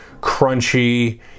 crunchy